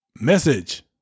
message